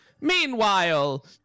meanwhile